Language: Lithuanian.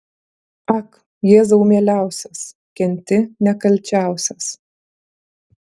ak jėzau mieliausias kenti nekalčiausias